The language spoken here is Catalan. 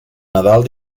nadal